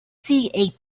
api